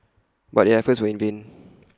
but their efforts were in vain